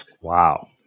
Wow